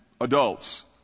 adults